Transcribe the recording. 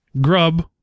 GRUB